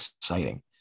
exciting